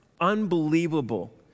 unbelievable